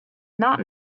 not